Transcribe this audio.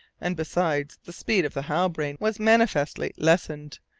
and besides, the speed of the halbrane was manifestly lessened,